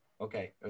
Okay